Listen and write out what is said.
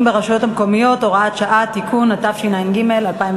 ברשויות המקומיות (הוראת שעה) (תיקון) (הארכת תוקף),